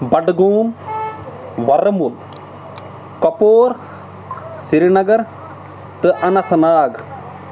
بَڈگوم وَرمُل کۅپور سرینَگر تہٕ اَننت ناگ